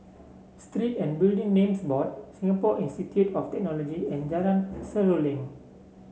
Street and Building Names Board Singapore Institute of Technology and Jalan Seruling